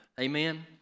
Amen